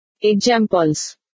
Examples